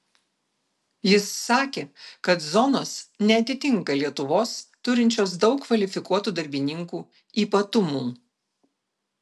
jis sakė kad zonos neatitinka lietuvos turinčios daug kvalifikuotų darbininkų ypatumų